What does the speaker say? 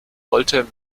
wollte